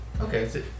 Okay